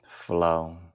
flow